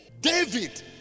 David